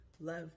love